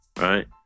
right